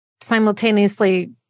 simultaneously